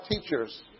teachers